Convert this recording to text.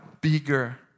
bigger